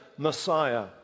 Messiah